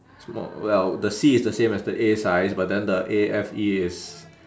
small well the C is the same as the A size but then the A F E is